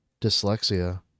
Dyslexia